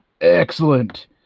excellent